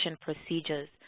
procedures